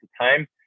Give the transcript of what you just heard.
time